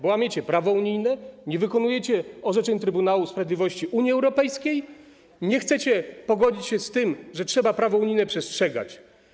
Bo łamiecie prawo unijne, nie wykonujecie orzeczeń Trybunału Sprawiedliwości Unii Europejskiej, nie chcecie pogodzić się z tym, że trzeba prawa unijnego przestrzegać.